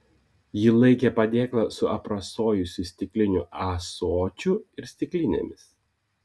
ji laikė padėklą su aprasojusiu stikliniu ąsočiu ir stiklinėmis